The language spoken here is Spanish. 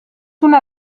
una